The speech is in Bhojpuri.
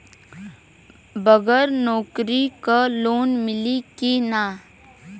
बगर नौकरी क लोन मिली कि ना?